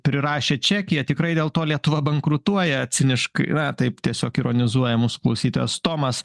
prirašė čekyje tikrai dėl to lietuva bankrutuoja ciniškai na taip tiesiog ironizuoja mūsų klausytojas tomas